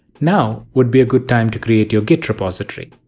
now would be a good time to create your git repository.